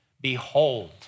Behold